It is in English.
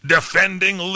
Defending